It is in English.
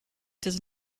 does